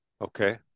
Okay